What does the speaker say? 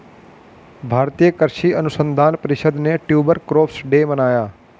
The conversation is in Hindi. भारतीय कृषि अनुसंधान परिषद ने ट्यूबर क्रॉप्स डे मनाया